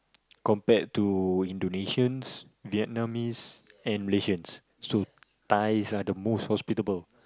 compared to Indonesians Vietnamese and Malaysians so Thais are the most hospitable